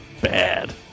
bad